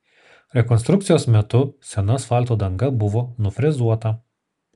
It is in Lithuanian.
rekonstrukcijos metu sena asfalto danga buvo nufrezuota